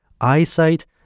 eyesight